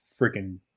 freaking